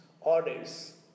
orders